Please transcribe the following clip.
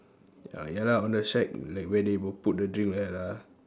ya ya lah on the shack like where they will put the drink like that lah